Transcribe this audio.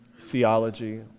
theology